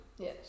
Yes